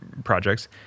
projects